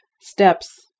steps